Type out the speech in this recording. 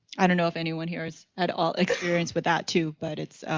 i don't know if anyone here is at all experience with that too but it's.